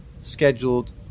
scheduled